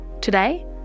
Today